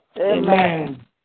Amen